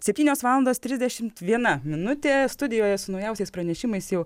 septynios valandos trisdešim viena minutė studijoje su naujausiais pranešimais jau